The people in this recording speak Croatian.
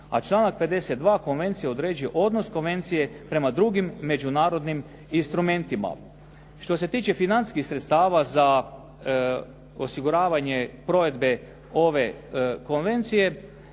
a članak 52. Konvencije određuje Konvencije prema drugim međunarodnim instrumentima. Što se tiče financijskih sredstava za osiguravanje provedbe ove Konvencije,